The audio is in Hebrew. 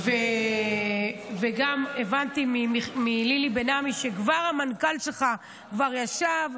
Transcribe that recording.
גם הבנתי מלילי בן עמי שהמנכ"ל שלך כבר ישב,